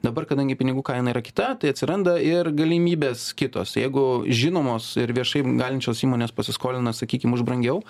dabar kadangi pinigų kaina yra kita tai atsiranda ir galimybės kitos jeigu žinomos ir viešai galinčios įmonės pasiskolina sakykim už brangiau